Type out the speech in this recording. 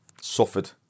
suffered